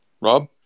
Rob